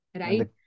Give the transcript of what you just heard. Right